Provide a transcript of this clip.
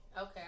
Okay